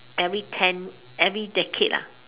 every ten every decade